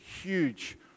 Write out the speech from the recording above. huge